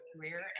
career